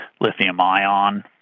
lithium-ion